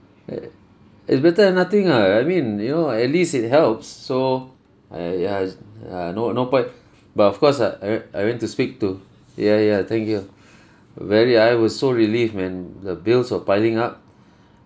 eh it's better than nothing ah I mean you know at least it helps so ah ya it's uh no no point but of course uh I went I went to speak to ya ya thank you very I was so relieved when the bills were piling up